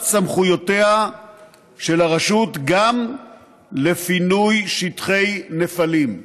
סמכויותיה של הרשות גם לפינוי שטחי נפלים.